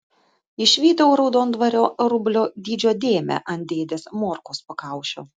išvydau raudonvario rublio dydžio dėmę ant dėdės morkaus pakaušio